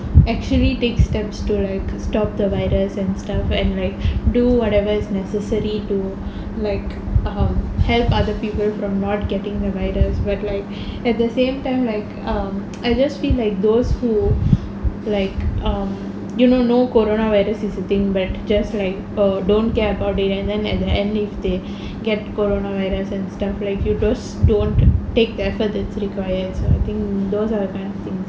actually take steps to stop the virus and stuff and like do whatever is necessary to like help other people from not getting the virus but like at the same time like um I just feel like those who like um you know no coronavirus is a thing but just like oh don't care about it and then at the end if they get coronavirus and stuff like you just don't take the effort that's required so I think those are thing